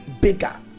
bigger